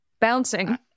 bouncing